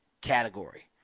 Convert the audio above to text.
category